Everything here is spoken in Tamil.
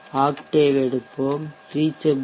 ஆக்டேவ் எடுப்போம் reachability